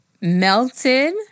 melted